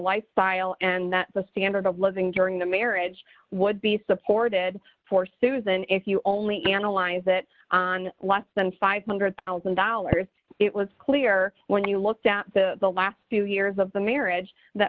lifestyle and the standard of living during the marriage would be supported for susan if you only analyze it on less than five hundred thousand dollars it was clear when you looked at the last two years of the marriage that